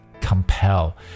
Compel